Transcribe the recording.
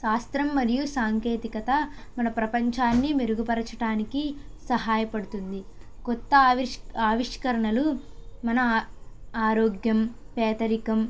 శాస్త్రం మరియు సాంకేతికత మన ప్రపంచాన్ని మెరుగుపరచడానికి సహాయపడుతుంది కొత్త ఆవిష్క ఆవిష్కరణలు మన ఆరోగ్యం పేదరికం